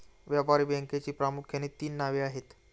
व्यापारी बँकेची प्रामुख्याने तीन नावे आहेत